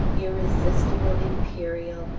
irresistible imperial,